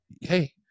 hey